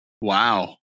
wow